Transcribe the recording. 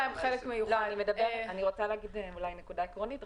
אני רק רוצה להגיד נקודה עקרונית.